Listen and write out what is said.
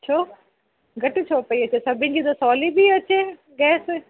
छो घटि छो पेई अचे सभिनी जी त सवली थी अचे गैस